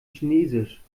chinesisch